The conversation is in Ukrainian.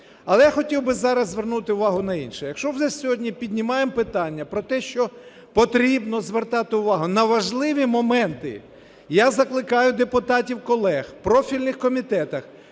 Але хотів би зараз звернути увагу на інше. Якщо вже сьогодні піднімаємо питання про те, що потрібно звертати увагу на важливі моменти, я закликаю депутатів колег у профільних комітетах